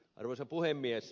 arvoisa puhemies